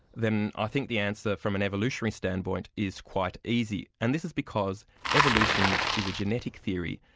then i think the answer from an evolutionary standpoint, is quite easy. and this is because evolution is a genetic theory.